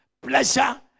pleasure